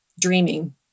dreaming